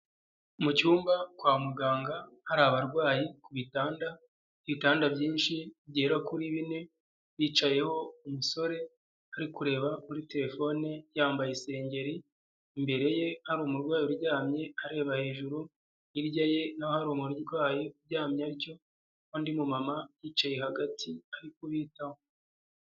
Mu cyumba kwa muganga hari abarwayi ku bitanda, ibitanda byinshi bigera kuri bine hicayeho umusore ari kureba kuri terefone yambaye isengeri, imbere ye hari umurwayi uryamye areba hejuru, hirya ye naho hari umurwayi uryamye atyo, n'undi mumama yicaye hagati ari kubitaho.